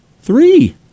Three